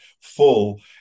full